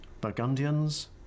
Burgundians